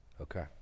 Okay